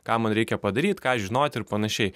ką man reikia padaryt ką žinot ir panašiai